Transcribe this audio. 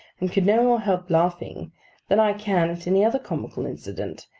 and could no more help laughing than i can at any other comical incident,